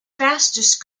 fastest